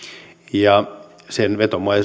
ja sen